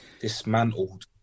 dismantled